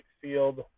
field